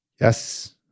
Yes